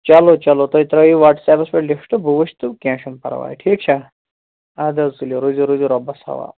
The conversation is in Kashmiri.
چلو چلو تُہۍ ترٛٲیِو وَٹسیپَس لِفٹ بہٕ وُچھ تہٕ کیٚنہہ چھِنہٕ پرواے ٹھیٖک چھا اَدٕ حظ تُلِو روٗزیُو روٗزیوٗ رۄبَس حوالہٕ